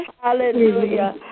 Hallelujah